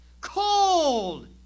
Cold